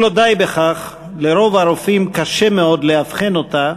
אם לא די בכך, לרוב הרופאים קשה מאוד לאבחן אותה,